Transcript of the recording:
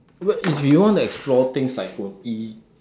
what if you want to explore things like